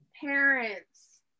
parents